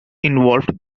involved